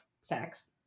sex